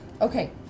Okay